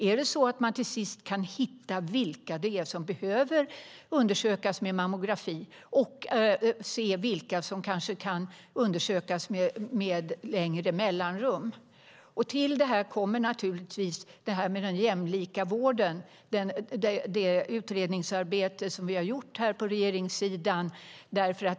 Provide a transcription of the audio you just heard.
Är det så att man till sist kan hitta vilka det är som regelbundet behöver undersökas med mammografi och vilka som kanske kan undersökas med längre mellanrum? Till detta kommer naturligtvis den jämlika vården, det utredningsarbete som vi på regeringssidan har gjort.